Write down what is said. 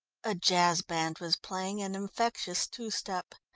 a jazz band was playing an infectious two-step.